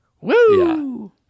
Woo